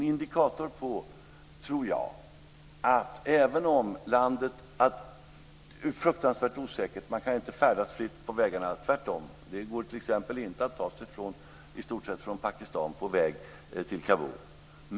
Läget är fruktansvärt osäkert, och man kan inte färdas fritt på vägarna, tvärtom. Det går t.ex. inte att ta sig från Pakistan till Kabul.